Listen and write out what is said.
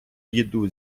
їду